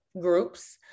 groups